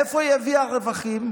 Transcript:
מאיפה היא הביאה רווחים?